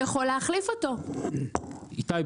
איתי,